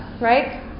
right